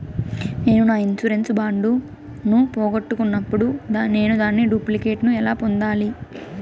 నేను నా insurance bond ను పోగొట్టుకున్నప్పుడు నేను దాని డూప్లికేట్ ను ఎలా పొందాలి?